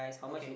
okay